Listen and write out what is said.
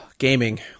gaming